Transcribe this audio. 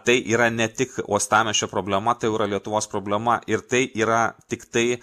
tai yra ne tik uostamiesčio problema tai jau yra lietuvos problema ir tai yra tiktai